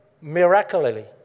miraculously